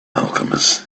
alchemist